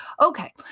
Okay